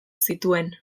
zituen